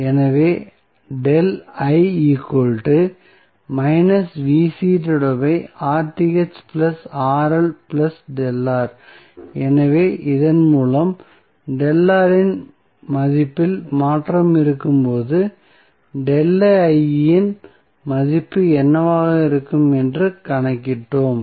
எனவே எனவே இதன் மூலம் இன் மதிப்பில் மாற்றம் இருக்கும் போது இன் மதிப்பு என்னவாக இருக்கும் என்று கணக்கிட்டோம்